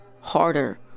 harder